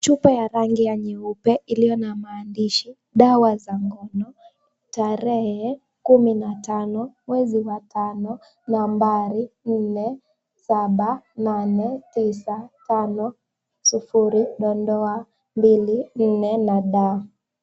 Chupa ya rangi ya nyeupe, iliyo na maandishi, Dawa za ngono. Tarehe 15 mwezi wa tano. Nambari, 478950-24D.